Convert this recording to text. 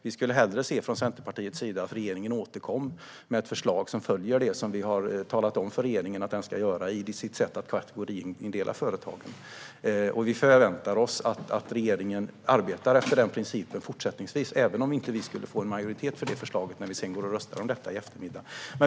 Vi från Centerpartiet skulle hellre se att regeringen återkom med ett förslag som följer det som vi har talat om att vi vill att regeringen ska göra när det gäller att kategoriindela företag. Vi förväntar oss att regeringen även fortsättningsvis arbetar efter den principen även om vi inte skulle få majoritet för det förslaget när vi röstar i eftermiddag.